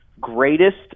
greatest